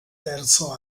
terzo